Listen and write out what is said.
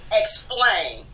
explain